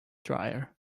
dryer